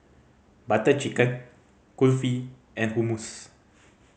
Butter Chicken Kulfi and Hummus